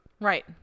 Right